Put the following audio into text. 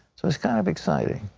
so is kind of exciting.